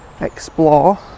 explore